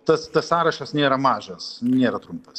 tas sąrašas nėra mažas nėra trumpas